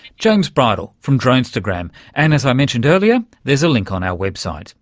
james bridle from dronestagram. and, as i mentioned earlier, there's a link on our website.